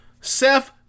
Seth